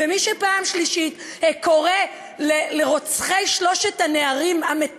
ומי שפעם שלישית קורא לרוצחים המתועבים